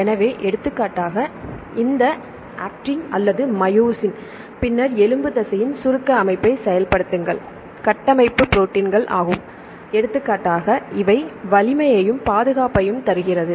எனவே எடுத்துக்காட்டாக இந்த ஆக்டின் அல்லது மயோசின் பின்னர் எலும்பு தசையின் சுருக்க அமைப்பை செயல்படுத்துங்கள் கட்டமைப்பு ப்ரோடீன்கள் ஆகும் எடுத்துக்காட்டாகஇவை வலிமையையும் பாதுகாப்பையும் தருகிறது